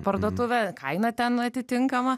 parduotuvę kaina ten atitinkama